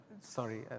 sorry